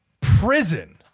prison